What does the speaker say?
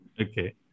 Okay